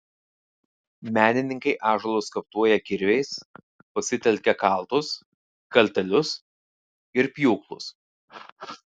menininkai ąžuolus skaptuoja kirviais pasitelkia kaltus kaltelius ir pjūklus